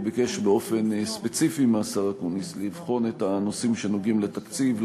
הוא ביקש באופן ספציפי מהשר אקוניס לבחון את הנושאים שנוגעים לתקציב,